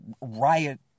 riot